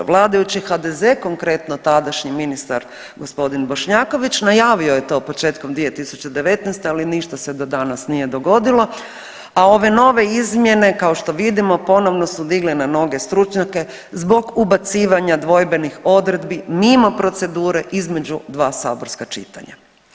Vladajući HDZ konkretno tadašnji ministar g. Bošnjaković najavio je to početkom 2019., ali ništa se do danas nije dogodilo, a ove nove izmjene kao što vidimo ponovno su digle na noge stručnjake zbog ubacivanja dvojbenih odredbi mimo procedure između dva saborska čitanja.